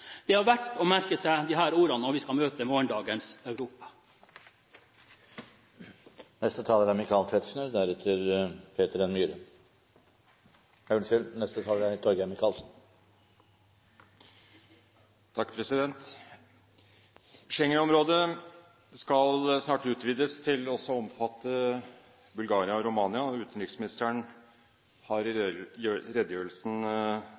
Det er verdt å merke seg disse ordene når vi skal møte morgendagens Europa. Schengen-området skal snart utvides til også å omfatte Bulgaria og Romania. Utenriksministeren har i redegjørelsen gitt sin støtte til det polske formannskapets kompromissforslag om å oppheve indre grensekontroll for disse landene og